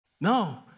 No